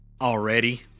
already